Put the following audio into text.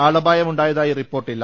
ആളപായമുണ്ടായതായി റിപ്പോർട്ടില്ല